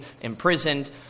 imprisoned